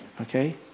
okay